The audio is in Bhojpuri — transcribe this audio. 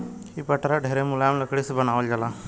इ पटरा ढेरे मुलायम लकड़ी से बनावल जाला